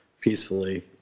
peacefully